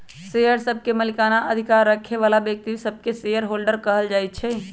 share सभके मलिकना अधिकार रखे बला व्यक्तिय सभके शेयर होल्डर कहल जाइ छइ